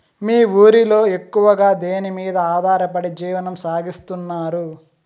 మీ ఊరిలో ఎక్కువగా దేనిమీద ఆధారపడి జీవనం సాగిస్తున్నారు?